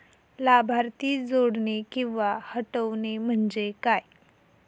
लाभार्थी जोडणे किंवा हटवणे, म्हणजे काय?